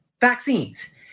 Vaccines